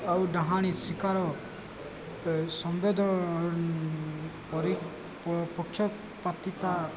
ଆଉ ଡାହାଣ ଶିକାର ସମ୍ବେଦ ପକ୍ଷପାତିତା